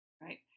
Right